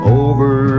over